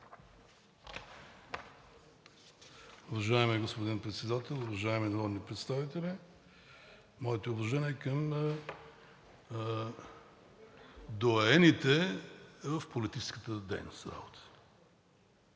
Уважаеми господин Председател, уважаеми народни представители! Моите уважения към доайените в политическата дейност